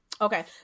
Okay